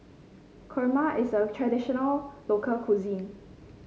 kurma is a traditional local cuisine